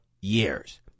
years